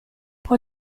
può